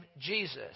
Jesus